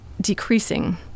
decreasing